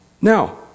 Now